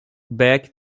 back